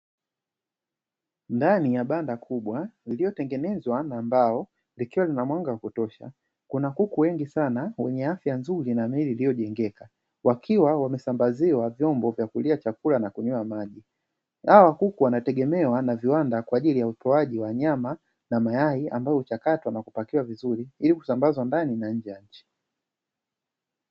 Ndani ya banda kubwa lililotengenezwa na mabao likiwa na mwanga wa kutosha, kuna kuku wengi sana wenye afya nzuri na miili iliyojengeka wakiwa wamesambaziwa vyombo vya kulia chakula na kunywewa maji, hawa kuku wanategemewa na viwanda kwa ajili ya utoaji wa nyama na mayai, ambayo huchakatwa na kupakiwa vizuri ili kusambazwa ndani na nje ya nchi.